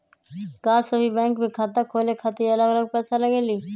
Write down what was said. का सभी बैंक में खाता खोले खातीर अलग अलग पैसा लगेलि?